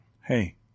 Hey